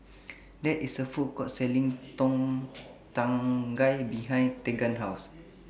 There IS A Food Court Selling Tom Kha Gai behind Tegan's House